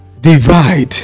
divide